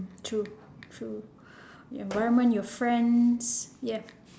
true true environment your friends yup